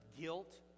guilt